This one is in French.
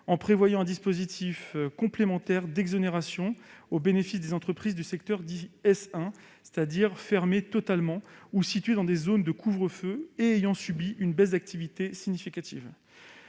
en prévoyant un dispositif complémentaire d'exonération au bénéfice des entreprises du secteur dit « S1 », c'est-à-dire de celles qui ont fermé totalement ou qui sont situées dans des zones de couvre-feu et qui ont subi une baisse d'activité significative.